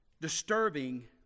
disturbing